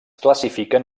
classifiquen